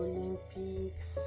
Olympics